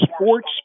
sports